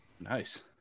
Nice